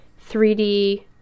3D